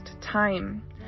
time